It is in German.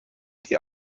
die